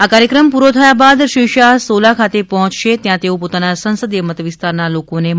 આ કાર્યક્રમ પૂરો થયા બાદ શ્રી શાહ સોલા ખાતે પહોચશે ત્યાં તેઓ પોતાના સંસદીય મત વિસ્તાર ના લોકો ને મળવાના છે